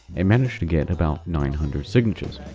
they managed to get about nine hundred signatures.